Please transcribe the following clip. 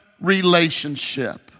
relationship